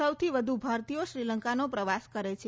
સૌથી વધુ ભારતીયો શ્રીલંકાનો પ્રવાસ કરે છે